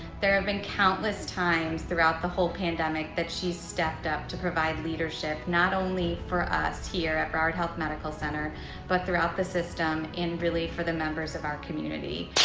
there have been countless times throughout the whole pandemic that she's stepped up to provide leadership not only for us here at broward health medical center but throughout the system and really for the members of our community.